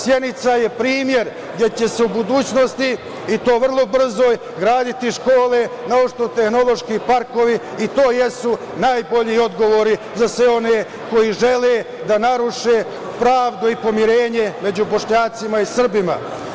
Sjenica je primer gde će se u budućnosti i to vrlo brzo graditi škole, naučno-tehnološki parkovi i to jesu najbolji odgovori za sve one koji žele da naruše pravdu i pomirenje među Bošnjacima i Srbima.